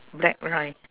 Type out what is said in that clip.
black line